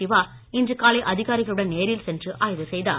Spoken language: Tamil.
சிவா இன்று காலை அதிகாரிகளுடன் நேரில் சென்று ஆய்வு செய்தார்